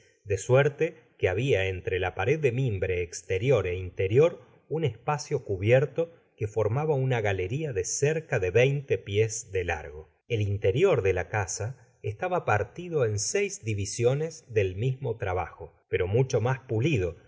de suerte que habia entre la pared de mimbre esterior ó interior n espacio cubierto que formaba una galeria de cerca de veinte pies de largo el interior de la casa estaba partido en seis divisiones del mismo trabajo pero mucho mas pulido